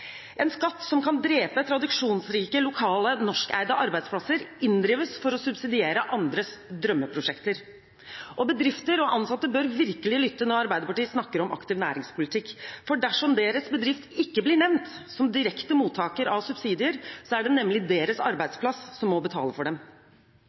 En skatt som kan drepe tradisjonsrike, lokale norskeide arbeidsplasser, inndrives for å subsidiere andres drømmeprosjekter. Bedrifter og ansatte bør virkelig lytte når Arbeiderpartiet snakker om aktiv næringspolitikk, for dersom deres bedrift ikke blir nevnt som direkte mottaker av subsidier, er det nemlig deres